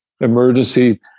emergency